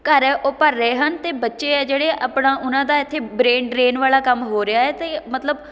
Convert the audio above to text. ਘਰ ਹੈ ਉਹ ਭਰ ਰਹੇ ਹਨ ਅਤੇ ਬੱਚੇ ਹੈ ਜਿਹੜੇ ਆਪਣਾ ਉਹਨਾਂ ਦਾ ਇੱਥੇ ਬਰੇਨ ਡਰੇਨ ਵਾਲਾ ਕੰਮ ਹੋ ਰਿਹਾ ਹੈ ਅਤੇ ਮਤਲਬ